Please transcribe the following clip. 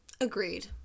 Agreed